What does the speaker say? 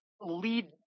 lead